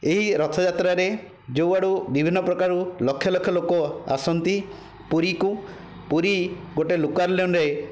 ଏହି ରଥଯାତ୍ରାରେ ଯେଉଁ ଆଡ଼ୁ ବିଭିନ୍ନ ପ୍ରକାରୁ ଲକ୍ଷ ଲକ୍ଷ ଲୋକ ଆସନ୍ତି ପୁରୀକୁ ପୁରୀ ଗୋଟିଏ ଲୋକାଲ୍ନ୍ୟରେ